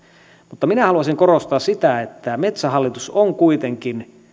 mutta minä haluaisin korostaa sitä että metsähallitus on kuitenkin